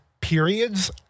periods